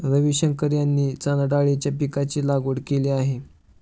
रविशंकर यांनी चणाडाळीच्या पीकाची लागवड केली आहे